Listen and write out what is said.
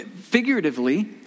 Figuratively